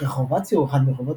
רחוב ואצי הוא אחד מרחובות